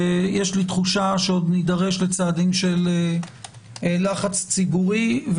ויש לי תחושה שעוד נידרש לצעדים של לחץ ציבורי,